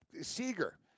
Seeger